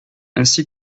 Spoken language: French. ainsi